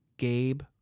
Gabe